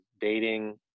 dating